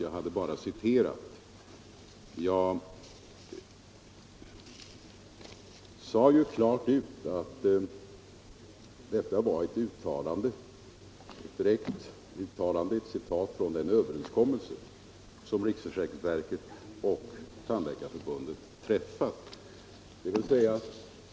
Jag sade klart och tydligt att detta var ett direkt citat från den överenskommelse som riksförsäkringsverket och Tandläkarförbundet hade träffat.